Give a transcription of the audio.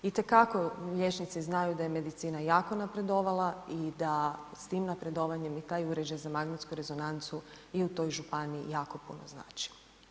Itekako liječnici znaju da je medicina jako napredovala i da s tim napredovanjem i taj uređaj za magnetsku rezonancu i u toj županiji jako puno znači.